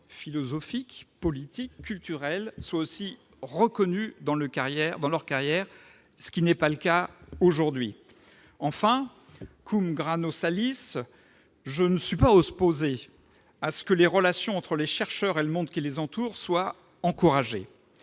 philosophique, politique, culturel, soit également reconnu dans leur carrière, ce qui n'est pas le cas aujourd'hui. Enfin,, je ne suis pas opposé à ce que les relations entre les chercheurs et le monde qui les entoure soient encouragées.